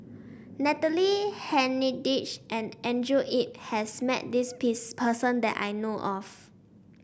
Natalie Hennedige and Andrew Yip has met this piss person that I know of